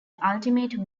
ultimate